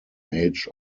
age